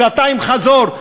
שעתיים חזור,